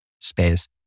space